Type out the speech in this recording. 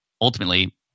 ultimately